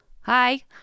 Hi